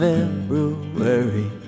February